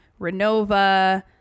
Renova